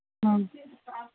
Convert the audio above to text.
ꯑ